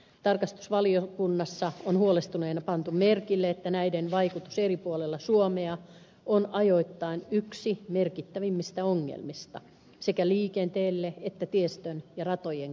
tarkastusvaliokunnassa on huolestuneena pantu merkille että näiden vaikutus eri puolilla suomea on ajoittain yksi merkittävimmistä ongelmista sekä liikenteelle että tiestön ja ratojen kunnolle